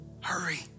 Hurry